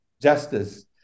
justice